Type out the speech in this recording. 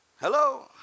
Hello